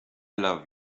love